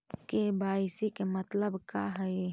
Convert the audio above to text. KYC के मतलब का हई?